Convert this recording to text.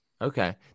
Okay